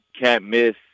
can't-miss